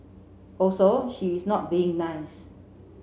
also she is not being nice